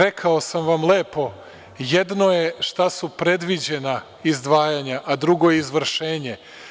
Rekao sam vam lepo - jedno je šta su predviđena izdvajanja, a drugo je izvršenje.